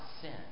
sin